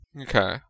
Okay